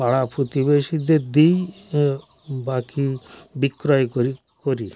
পাড়া প্রতিবেশীদের দিই হ্যাঁ বাকি বিক্রয় করি করি